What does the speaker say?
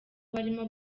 barimo